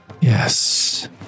Yes